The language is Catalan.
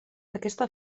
aquesta